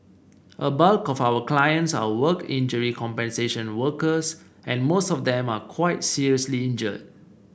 a bulk of our clients are work injury compensation workers and most of them are quite seriously injured